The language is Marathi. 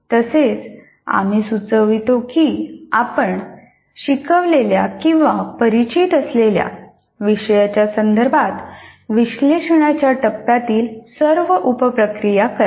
तसेच आम्ही सुचवितो की आपण शिकवलेल्या किंवा परिचित असलेल्या विषयाच्या संदर्भात विश्लेषणाच्या टप्प्यातील सर्व उप प्रक्रिया करा